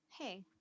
Hey